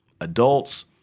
adults